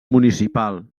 municipal